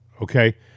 Okay